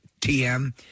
TM